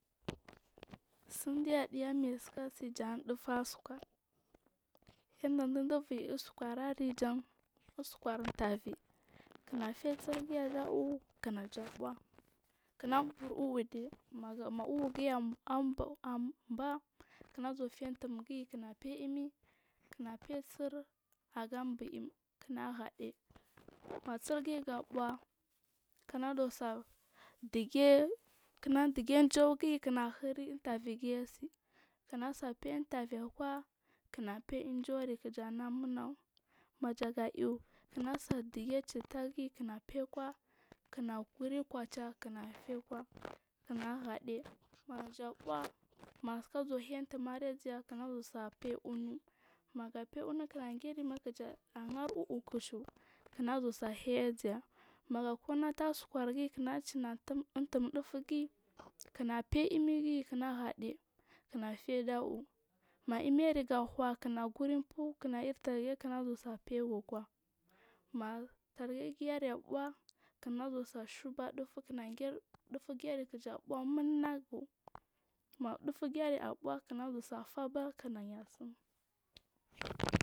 Sindiya diya maya sika si jan duf u aga uskur yanda diɓar yi us kurari jan intervi kinafe sirgin ar uu kinaja buuh kinabur uude manage ma uugin anbaa kina zuwafe untumgiyi kinafe imi kinafe sir aga biim kina daɗe ma sirjinga buuh kina zusa dige kina diye unjougi kina hiri intervingi arsi kinasefe intervi kuwakik nafe injunari kijana munau maja ga aiy kinasai dege cittagi kina fe kwa kinaguri kucha kinafe kwa kina hade maja buuh masi kagekai intur azau kinafe unu manafe unu kinagerima kijegeri ma kija har uuh kushu kina zuhay azay maga kuna taah uskurgiyi gachima untum dufugiyi nafe imigi kima hade nafe dar wuh ma imiri gachu kina gur umfu kina irtarge kima zuwa fegukwa matar gera ɓuuh kiniz ufaba kinayi sim.